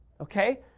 okay